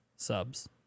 subs